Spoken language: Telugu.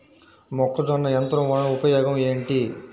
మొక్కజొన్న యంత్రం వలన ఉపయోగము ఏంటి?